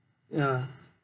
ya